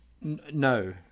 No